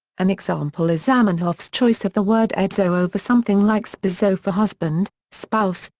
an example is zamenhof's choice of the word edzo over something like spozo for husband, spouse,